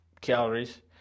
calories